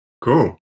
Cool